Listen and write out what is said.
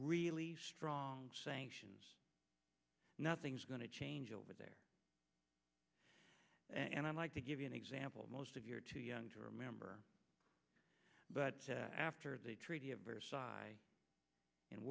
really strong sanctions nothing's going to change over there and i'd like to give you an example most of you're too young to remember but after the treaty of versailles